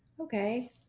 Okay